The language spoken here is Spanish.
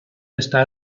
está